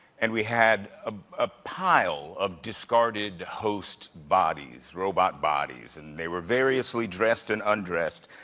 and we had a pile of discarded host bodies, robot bodies, and they were variously dressed and undressed.